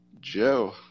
Joe